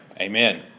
Amen